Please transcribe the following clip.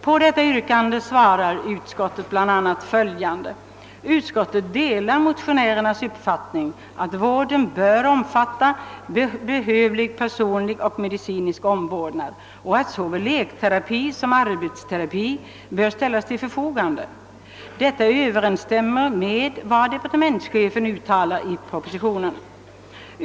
På detta yrkande har utskottet svarat bland annat följande: »Utskottet delar motionärernas mening att vården bör omfatta behövlig personlig och medicinsk omvårdnad och att såväl lekterapi som arbetsterapi bör ställas till förfogande. Detta överensstämmer med vad departementschefen uttalar i propositionen.